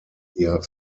ihr